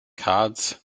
cards